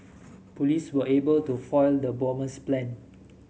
police were able to foil the bomber's plans